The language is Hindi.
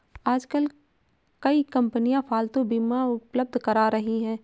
आजकल कई कंपनियां पालतू बीमा उपलब्ध करा रही है